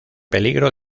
peligro